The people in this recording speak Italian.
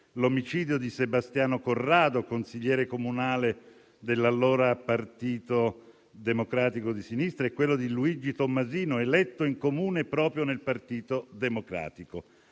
quello di Sebastiano Corrado, consigliere comunale dell'allora Partito Democratico della Sinistra, e quello di Luigi Tommasino, eletto in Comune proprio nel Partito Democratico.